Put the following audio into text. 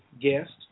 guest